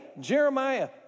Jeremiah